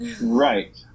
Right